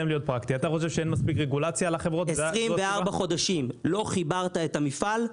24 חודשים לא חיברת את המפעל,